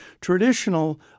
traditional